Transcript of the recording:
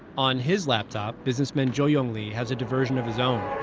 on his laptop, businessman zhou yongli has a diversion of his own